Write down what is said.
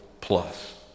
plus